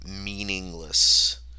meaningless